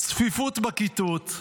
צפיפות בכיתות,